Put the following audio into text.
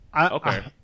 okay